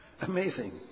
Amazing